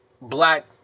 black